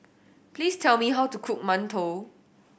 please tell me how to cook mantou